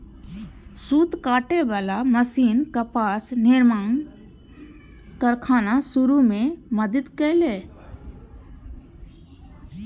सूत काटे बला मशीन कपास निर्माणक कारखाना शुरू मे मदति केलकै